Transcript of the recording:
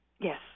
Yes